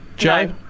Joe